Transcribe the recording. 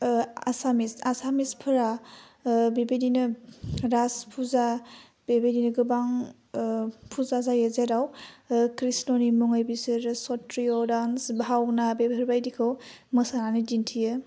आसामिस आसामिसफोरा बिबादिनो राज फुजा बेबादिनो गोबां फुजा जायो जेराव कृष्णनि मुङै बिसोरो सत्रिअ' दान्स भावना बेफोरबायदिखौ मोसानानै दिन्थियो